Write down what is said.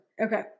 Okay